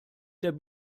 der